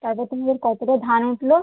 তারপর তোমাদের কতোটা ধান উঠলো